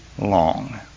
long